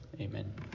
Amen